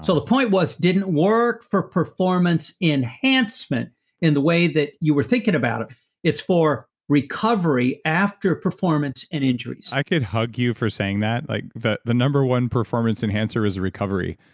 so the point was, it didn't work for performance enhancement in the way that you were thinking about it it's for recovery after performance and injuries i could hug you for saying that. like the the number one performance enhancer is a recovery.